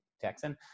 Texan